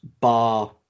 Bar